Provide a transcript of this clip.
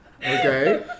Okay